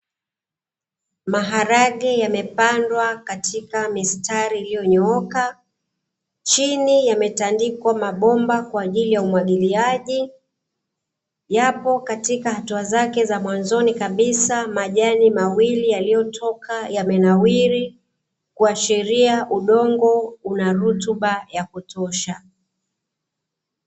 Maharage yamepandwa katika mistari iliyonyooka, chini yametandikwa mabomba kwa ajili ya umwagiliaji. Yapo katika hatua zake za mwanzoni kabisa, majani mawili yaliyotoka yamenawiri kuashiria udongo una rutuba ya kutosha.